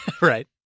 Right